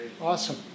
Awesome